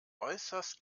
äußerst